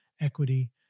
equity